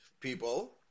people